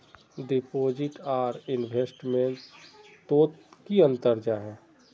Deposit आर investment तोत की अंतर जाहा?